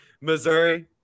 Missouri